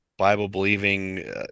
Bible-believing